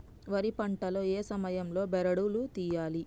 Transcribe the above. వరి పంట లో ఏ సమయం లో బెరడు లు తియ్యాలి?